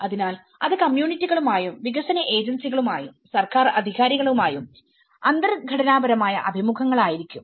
അതിനാൽ അത് കമ്മ്യൂണിറ്റികളുമായും വികസന ഏജൻസികളുമായും സർക്കാർ അധികാരികളുമായും അർദ്ധ ഘടനാപരമായ അഭിമുഖങ്ങളായിരിക്കാം